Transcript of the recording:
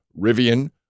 Rivian